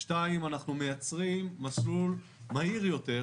שתיים, אנחנו מייצרים מסלול מהיר יותר